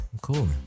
cool